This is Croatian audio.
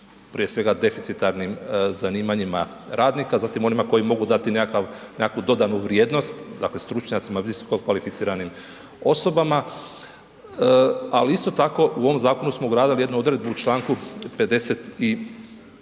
prije svega deficitarnim zanimanjima radnika, zatim onima koji mogu dati nekakav, nekakvu dodanu vrijednost, dakle stručnjacima visokokvalificiranim osobama, ali isto tako u ovom zakonu smo ugradili jednu odredbu u Članku 57.